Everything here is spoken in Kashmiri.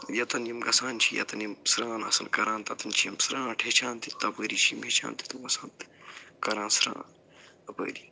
ییٚتٮ۪ن یِم گَژھان چھِ ییٚتٮ۪ن یِم سرٛان آسان کَران تَتٮ۪ن چھِ یِم سرٛانٛٹھ ہیٚچھان تہِ تپٲری چھِ یِم ہیٚچھان تہِ تہٕ وَسان تہٕ کَرام سرٛان اَپٲری